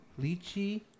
lychee